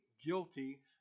guilty